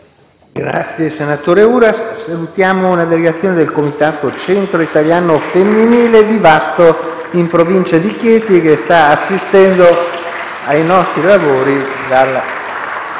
nuova finestra"). Salutiamo una delegazione del comitato Centro italiano femminile di Vasto, in provincia di Chieti, che sta assistendo ai nostri lavori dalle